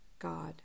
God